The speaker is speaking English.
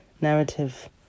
narrative